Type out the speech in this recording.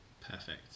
Perfect